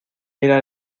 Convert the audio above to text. era